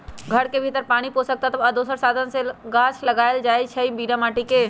घर के भीतर पानी पोषक तत्व आ दोसर साधन से गाछ लगाएल जाइ छइ बिना माटिके